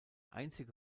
einzige